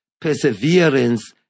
perseverance